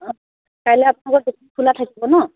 অঁ কাইলৈ আপোনালোকৰ দোকান খোলা থাকিব ন